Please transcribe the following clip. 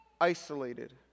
Isolated